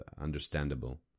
understandable